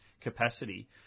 capacity